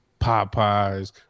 Popeyes